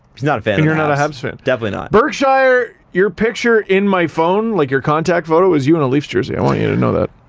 he's not a fan. and you're not a habs fan. definitely not. berkshire your picture in my phone, like your contact photo is you in a leafs jersey. i want you to know that.